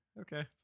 okay